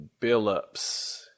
Billups